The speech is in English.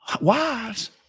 wives